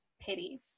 pity